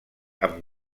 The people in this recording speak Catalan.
amb